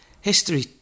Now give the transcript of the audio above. history